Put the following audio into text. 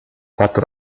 fatto